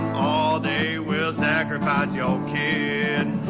oh they will sacrifice your kid.